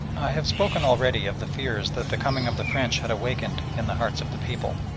have spoken already of the fears that the coming of the french had awakened in the hearts of the people,